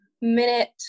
minute